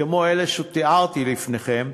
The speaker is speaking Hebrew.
כמו אלה שתיארתי לפניכם,